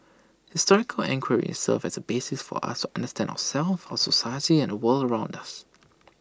historical enquiry serves as A basis for us to understand ourselves our society and the world around us